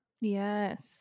Yes